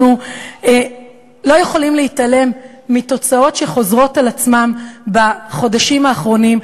אנחנו לא יכולים להתעלם מתוצאות שחוזרות על עצמן בחודשים האחרונים,